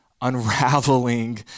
unraveling